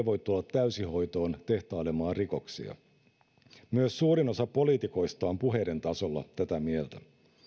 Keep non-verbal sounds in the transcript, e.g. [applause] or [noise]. [unintelligible] voi tulla täysihoitoon tehtailemaan rikoksia myös suurin osa poliitikoista on puheiden tasolla tätä mieltä